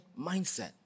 mindset